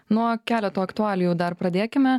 nuo keleto aktualijų dar pradėkime